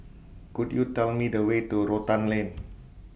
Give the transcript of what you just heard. Could YOU Tell Me The Way to Rotan Lane